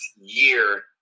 year